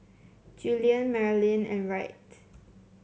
Julian Maralyn and Wright